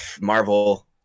Marvel